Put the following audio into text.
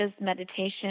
meditation